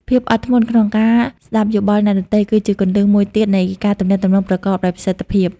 ភាពអត់ធ្មត់ក្នុងការស្ដាប់យោបល់អ្នកដទៃ គឺជាគន្លឹះមួយទៀតនៃការទំនាក់ទំនងប្រកបដោយប្រសិទ្ធភាព។